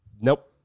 Nope